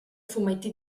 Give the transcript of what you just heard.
fumetti